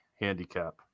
handicap